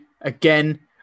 again